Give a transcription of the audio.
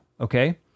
Okay